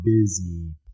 busy